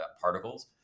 particles